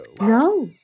No